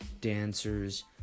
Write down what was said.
dancers